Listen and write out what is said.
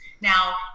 Now